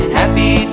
happy